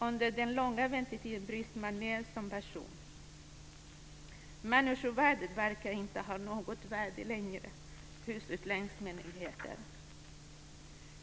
Under den långa väntetiden bryts man ned som person. Människovärdet verkar inte ha något värde längre hos utlänningsmyndigheter.